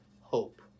hope